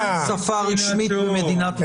אני רוצה לומר לך שאנחנו גם שמחים לשמוע אמהרית ורוסית.